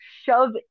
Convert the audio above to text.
shove